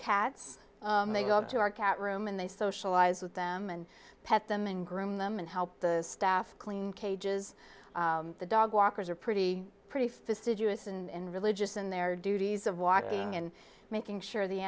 cats they go up to our cat room and they socialize with them and pet them and groom them and help the staff clean cages the dog walkers are pretty pretty fisted us and religious in their duties of walking and making sure the